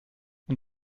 und